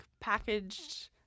packaged